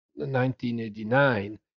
1989